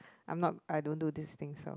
I'm not I don't do these things all